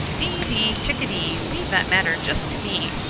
dee, dee, chickadee! leave that matter just to me,